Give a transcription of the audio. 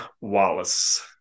Wallace